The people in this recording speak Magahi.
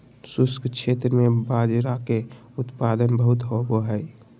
शुष्क क्षेत्र में बाजरा के उत्पादन बहुत होवो हय